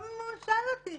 גם אם הוא ישאל אותי.